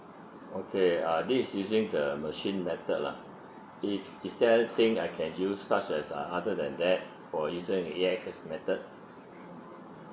okay uh this is using the machine method lah if is there anything I can use such as uh other than that for using an A_X_S method